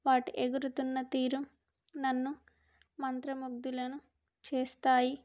వాటి ఎగురుతున్న తీరు నన్ను మంత్రముగ్దులను చేస్తాయి